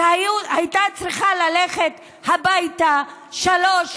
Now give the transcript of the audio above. שהייתה צריכה ללכת הביתה שלוש,